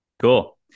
Cool